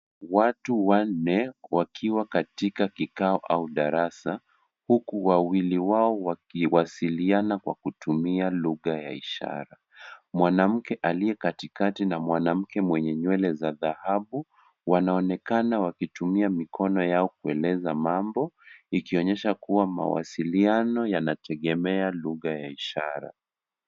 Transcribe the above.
Watu wanne wakiwa katika kikao au darasa huku wawili wao wakiwasiliana kwa kutumia lugha ya ishara. Mwanamke aliye katikati na mwanamke mwenye nywele za dhahabu wanaonekana wakitumia mikono yao kutengeneza mambo ikionyesha kuwa mawasiliano yanategemea lugha ya ishara.